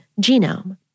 Genome